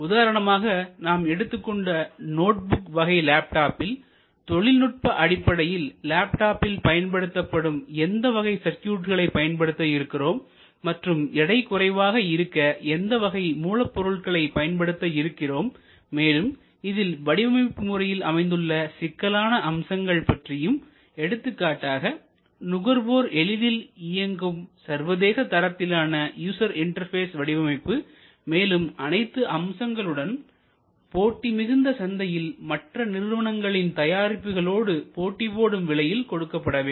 உதாரணமாக நாம் எடுத்துக் கொண்ட நோட்புக் வகை லேப்டாப்பில் தொழில்நுட்ப அடிப்படையில் லேப்டாப்பில் பயன்படுத்தப்படும் எந்த வகை சர்க்யூட்களை பயன்படுத்த இருக்கிறோம் மற்றும் எடை குறைவாக இருக்க எந்த வகை மூலப்பொருட்களை பயன்படுத்த இருக்கிறோம் மேலும் இதில் வடிவமைப்பு முறையில் அமைந்துள்ள சிக்கலான அம்சங்கள் பற்றியும் எடுத்துக்காட்டாக நுகர்வோர் எளிதில் இயக்கும் சர்வதேச தரத்திலான யூசர் இன்டெர்பெஸ் வடிவமைப்பு மேலும் அனைத்து அம்சங்களுடன் போட்டி மிகுந்த சந்தையில் மற்ற நிறுவனங்களின் தயாரிப்புகளோடு போட்டிபோடும் விலையில் கொடுக்கப்பட வேண்டும்